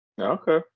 Okay